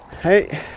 hey